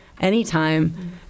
anytime